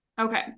Okay